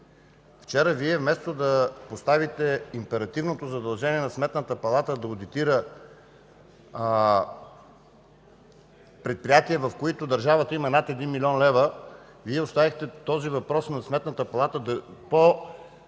Вчера Вие вместо да поставите императивното задължение на Сметната палата да одитира предприятия, в които държавата има над 1 млн. лв., Вие оставихте този въпрос на Сметната палата по